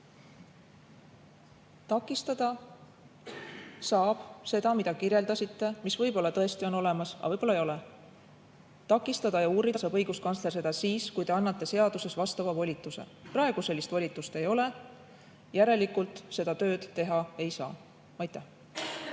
Takistada saab seda, mida kirjeldasite, mis võib-olla tõesti on olemas, aga võib-olla ei ole, takistada ja uurida saab õiguskantsler seda siis, kui te annate seaduses vastava volituse. Praegu sellist volitust ei ole, järelikult seda tööd teha ei saa.